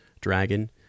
dragon